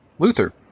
Luther